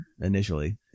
initially